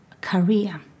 career